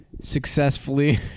successfully